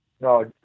No